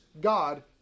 God